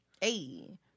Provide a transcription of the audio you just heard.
Hey